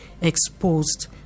exposed